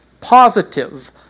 positive